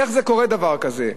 איך קורה דבר כזה?